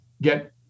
get